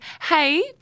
hey